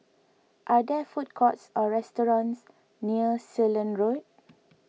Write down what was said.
are there food courts or restaurants near Ceylon Road